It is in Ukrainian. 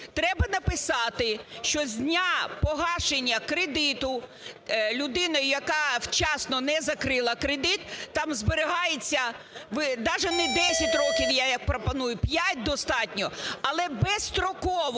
Треба написати, що з дня погашення кредиту людина, яка вчасно не закрила кредит, там зберігається, навіть не десять років, я як пропоную, п'ять достатньо. Але безстроково